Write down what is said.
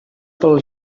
pel